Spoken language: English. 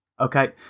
Okay